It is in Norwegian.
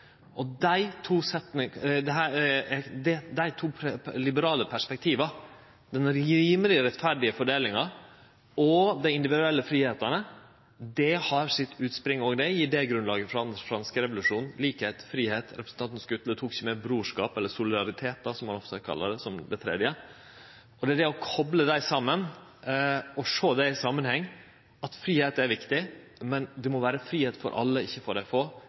som dei og andre land har opplevd dei siste åra. Dei to liberale perspektiva, den rimeleg rettferdige fordelinga og dei individuelle fridomane, har sitt utspring i idégrunnlaget frå den franske revolusjonen, med likskap, fridom ‒ representanten Skutle tok ikkje med meir – og brorskap, eller solidaritet, som ein også kallar det tredje. Det å kople dei saman og sjå dei i samanheng ‒ at fridom er viktig, men det må vere fridom for alle, ikkje berre for dei få